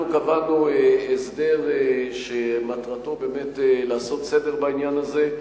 אנחנו קבענו הסדר שמטרתו באמת לעשות סדר בעניין הזה.